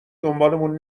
دنبالمون